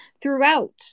throughout